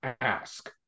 ask